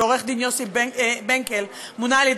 ועורך-דין יוסי בנקל מונה על-ידי